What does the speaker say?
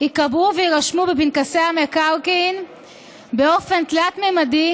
ייקבעו ויירשמו בפנקסי המקרקעין באופן תלת-ממדי